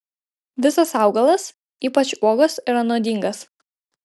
visas augalas ypač uogos yra nuodingas